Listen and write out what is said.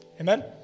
Amen